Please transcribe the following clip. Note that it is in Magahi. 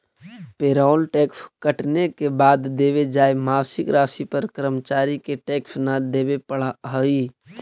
पेरोल टैक्स कटने के बाद देवे जाए मासिक राशि पर कर्मचारि के टैक्स न देवे पड़ा हई